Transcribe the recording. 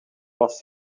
was